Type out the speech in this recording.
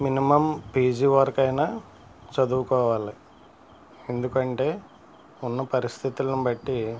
minimum PG వరకు అయినా చదువుకోవాలి ఎందుకంటే ఉన్న పరిస్థితులును బట్టి